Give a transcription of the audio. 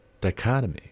dichotomy